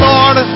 Lord